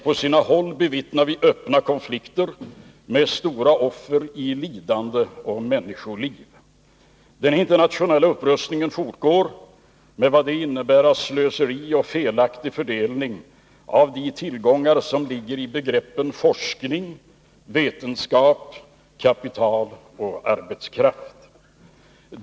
På sina håll bevittnar vi öppna konflikter med stora offer i lidande och människoliv. Den internationella upprustningen fortgår med vad det innebär av slöseri och felaktig fördelning av de tillgångar som ligger i begreppen forskning, vetenskap, kapital och arbetskraft.